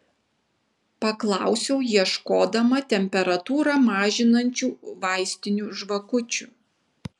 paklausiau ieškodama temperatūrą mažinančių vaistinių žvakučių